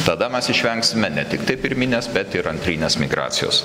tada mes išvengsime ne tiktai pirminės bet ir antrinės migracijos